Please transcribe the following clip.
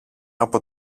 από